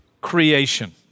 creation